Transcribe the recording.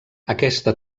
aquesta